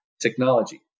technology